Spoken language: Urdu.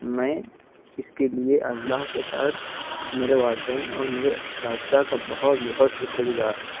میں اس کے لیے اللہ کے ساتھ میرے والدین اور میرے اساتذہ کا بہت بہت شکر گزار ہوں